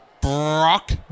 Brock